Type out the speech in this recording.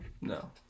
No